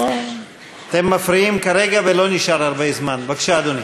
אדוני היושב-ראש, בבקשה, אדוני.